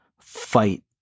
fight